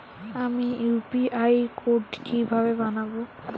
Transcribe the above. আমি UPI code কিভাবে বানাব?